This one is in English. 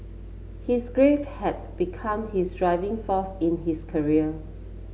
his grief had become his driving force in his career